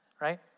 right